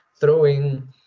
throwing